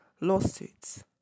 lawsuits